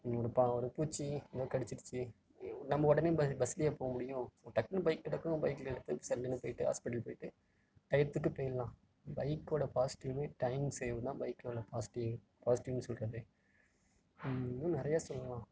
ஒரு பா ஒரு பூச்சி எதோ கடித்திருச்சு நம்ம உடனே ப பஸ்லேயா போக முடியும் டக்குனு பைக் கிடக்கும் பைக்கில் எடுத்துட்டு சல்லுனு போயிட்டு ஹாஸ்பிட்டல் போயிட்டு டையத்துக்கு போயிடலாம் பைக்கோடு பாசிட்டிவ்வே டைம் சேவ் தான் பைக்கில் உள்ள பாசிட்டிவ்வே பாசிட்டிவ்னு சொல்கிறதே இன்னும் நிறைய சொல்லலாம்